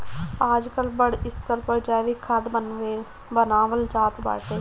आजकल बड़ स्तर पर जैविक खाद बानवल जात बाटे